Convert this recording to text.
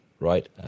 right